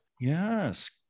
Yes